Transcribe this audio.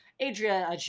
Adria